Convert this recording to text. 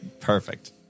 Perfect